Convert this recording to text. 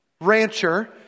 rancher